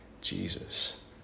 Jesus